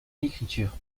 l’écriture